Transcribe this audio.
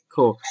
Cool